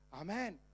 Amen